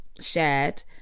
shared